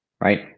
right